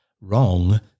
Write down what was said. Wrong